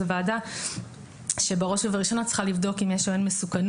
זה ועדה שבראש ובראשונה צריכה לבדוק אם יש או אין מסוכנות.